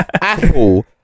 Apple